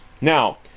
Now